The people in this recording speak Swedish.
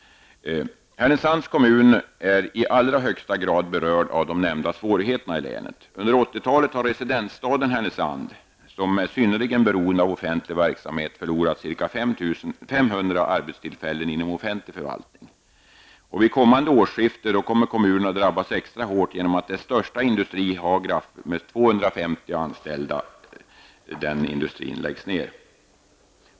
Härnösands kommun är i allra högsta grad berörd av de nämnda svårigheterna för länet. Under 80 talet har residensstaden Härnösand, som är synnerligen beroende av offentlig verksamhet, förlorat ca 500 arbetstillfällen inom offentlig förvaltning. Vid kommande årsskifte kommer kommunen att drabbas extra hårt på grund av att dess största industri, Hagraf, med 250 anställda läggs ned.